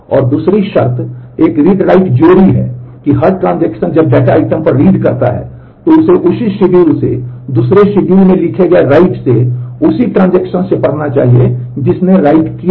और दूसरी शर्तें एक रीड राइट से उसी ट्रांजेक्शन से पढ़ना चाहिएजिसने राइट किया था